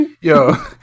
Yo